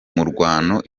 mirwano